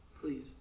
Please